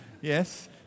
yes